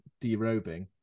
derobing